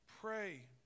pray